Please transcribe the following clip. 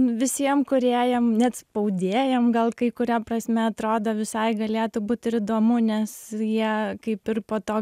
visiem kūrėjam net spaudėjam gal kai kuria prasme atrodo visai galėtų būt ir įdomu nes jie kaip ir po to